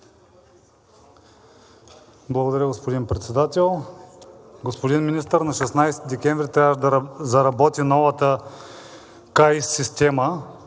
Благодаря, господин председател. Господин министър, на 16 декември трябваше да заработи новата КАИС система.